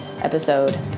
episode